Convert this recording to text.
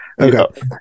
Okay